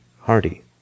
hardy